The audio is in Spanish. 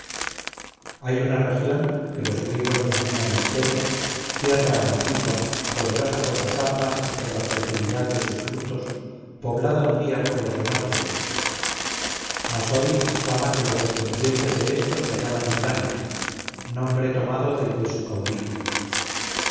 hay una región que los griegos denominan hesperia tierra antigua poderosa por sus armas y por la fertilidad de sus frutos poblada un día por los enotrios mas hoy es fama que los descendientes de estos la llaman italia nombre tomado del de su caudillo